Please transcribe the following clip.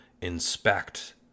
inspect